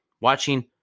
watching